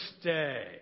stay